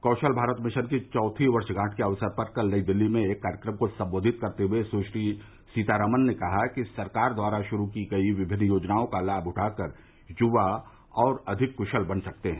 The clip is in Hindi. कौशल भारत मिशन की चौथी वर्षगांठ के अवसर पर कल नई दिल्ली में एक कार्यक्रम को संबोधित करते हुए सुश्री सीतारामन ने कहा कि सरकार द्वारा शुरू की गई विभिन्न योजनाओं का लाभ उठाकर युवा और अधिक कुशल बन सकते हैं